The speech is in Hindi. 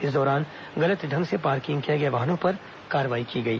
इस दौरान गलत ढंग से पार्किंग किए गए वाहनों पर कार्रवाई की गई